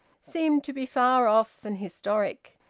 seemed to be far off and historic.